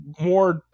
more